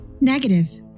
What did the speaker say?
Negative